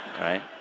right